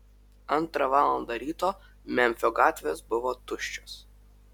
antrą valandą ryto memfio gatvės buvo tuščios